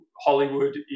Hollywood